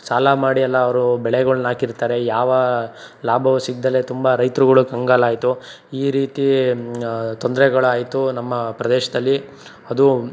ಸಾಲ ಮಾಡಿ ಎಲ್ಲ ಅವರು ಬೆಳೆಗಳ್ನಾಕಿರ್ತಾರೆ ಯಾವ ಲಾಭವು ಸಿಗದಲೇ ತುಂಬ ರೈತರುಗಳು ಕಂಗಾಲಾಯಿತು ಈ ರೀತಿ ತೊಂದರೆಗಳಾಯ್ತು ನಮ್ಮ ಪ್ರದೇಶದಲ್ಲಿ ಅದು